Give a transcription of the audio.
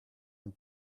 and